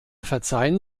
verzeihen